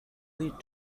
need